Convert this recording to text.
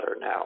now